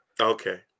okay